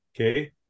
Okay